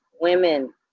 women